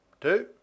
two